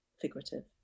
figurative